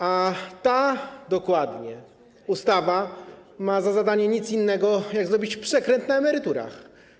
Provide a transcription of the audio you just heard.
A dokładnie ta ustawa ma za zadanie nic innego, jak zrobić przekręt na emeryturach.